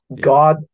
God